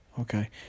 okay